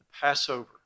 Passover